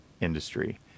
industry